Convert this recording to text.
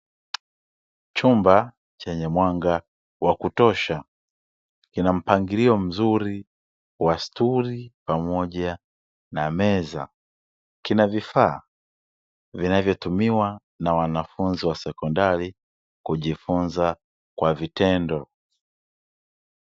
Chumba chenye mwanga wa kutosha kina mpangilio mzuri wa stuli pamoja na meza, kina vifaa vinavyotumiwa na wanafunzi wa sekondari kujifunza kwa vitendo.